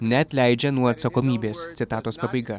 neatleidžia nuo atsakomybės citatos pabaiga